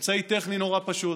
אמצעי טכני נורא פשוט,